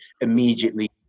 immediately